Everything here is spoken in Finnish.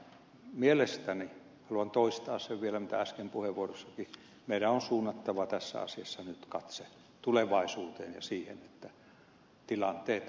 mielestäni haluan toistaa sen vielä mitä äsken puheenvuorossani sanoin meidän on suunnattava tässä asiassa nyt katse tulevaisuuteen ja siihen että tilanteet paljon muuttuvat